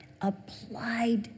applied